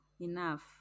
Enough